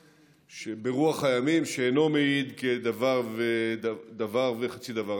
ברוח הימים, שאינו מעיד על דבר וחצי דבר.